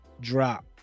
drop